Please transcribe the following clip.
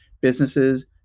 businesses